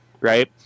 right